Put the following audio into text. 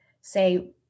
say